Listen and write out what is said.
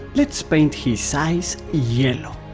let's paint his eyes yellow.